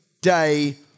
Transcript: day